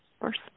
first